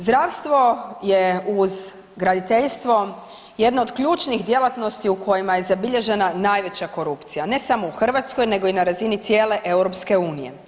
Zdravstvo je uz graditeljstvo jedno od ključnih djelatnosti u kojima je zabilježena najveća korupcija ne samo u Hrvatskoj, nego i na razini cijele Europske unije.